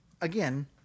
again